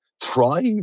thrive